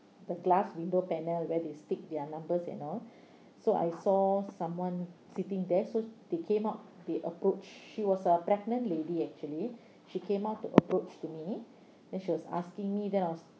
the glass window panel where they stick their numbers and all so I saw someone sitting there so they came up they approached she was a pregnant lady actually she came out to approach to me then she was asking me then I was